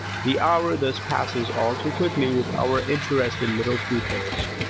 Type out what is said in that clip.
the hour thus passes all too quickly with our interested little pupils.